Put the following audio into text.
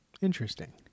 Interesting